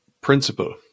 principle